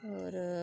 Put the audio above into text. और